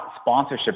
sponsorship